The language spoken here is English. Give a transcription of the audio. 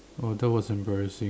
!wah! that was embarrassing